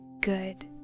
good